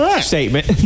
statement